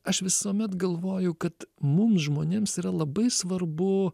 aš visuomet galvoju kad mum žmonėms yra labai svarbu